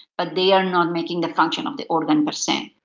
but they are not making the function of the organ per se.